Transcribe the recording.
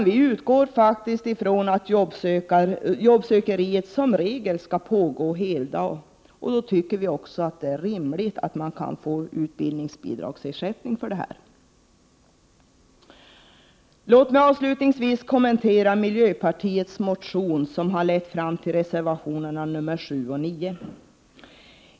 Vi utgår ifrån att aktiviteter för att söka arbete som regel skall pågå på heltid, och det är då också rimligt att man kan få ersättning i form av utbildningsbidrag. Låt mig avslutningsvis kommentera miljöpartiets motion 1988/89:A3 som lett fram till reservationerna nr 7 och 9.